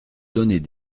donner